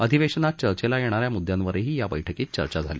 अधिवेशनात चर्चेला येणाऱ्या मुद्द्यांवरही या बैठकीत चर्चा झाली